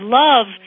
love